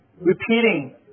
repeating